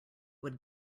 would